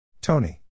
Tony